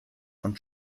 von